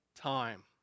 time